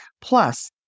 Plus